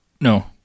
No